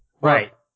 Right